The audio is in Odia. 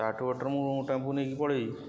ତା'ଠୁ ବେଟର୍ ମୁଁ ନେଇକି ପଳାଇବି